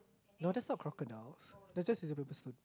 no that's not crocodiles that's just scissor paper stone